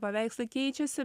paveikslai keičiasi